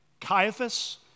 Caiaphas